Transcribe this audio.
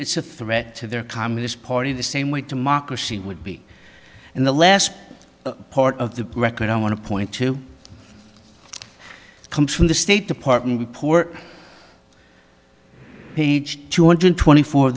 it's a threat to their communist party the same way democracy would be in the last part of the record i want to point to come from the state department the poor page two hundred twenty four